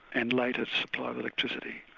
and later, supply of electricity.